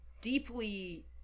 deeply